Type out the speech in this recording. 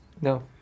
no